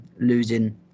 Losing